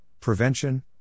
Prevention